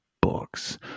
books